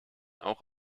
auch